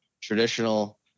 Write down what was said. traditional